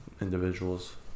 individuals